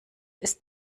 ist